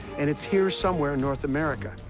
and it's here somewhere in north america,